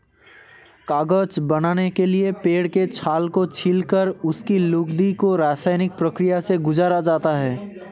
कागज बनाने के लिए पेड़ के छाल को छीलकर उसकी लुगदी को रसायनिक प्रक्रिया से गुजारा जाता है